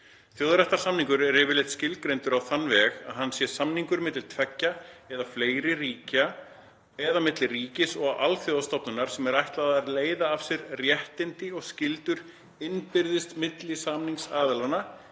Þjóðréttarsamningur er yfirleitt skilgreindur á þann veg að hann sé samningur milli tveggja eða fleiri ríkja eða milli ríkis og alþjóðastofnunar sem er ætlað að leiða af sér réttindi og skyldur innbyrðis milli samningsaðilanna,